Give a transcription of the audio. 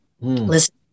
listen